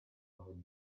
our